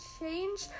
change